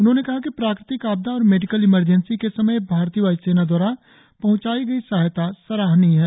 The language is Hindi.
उन्होंने कहा कि प्राकृतिक आपदा और मेडिकल इमरजेंसी के समय भारतीय वायुसेना द्वारा पहुंचाई गई सहायता सराहनीय है